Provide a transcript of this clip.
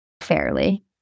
fairly